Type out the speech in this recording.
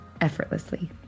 effortlessly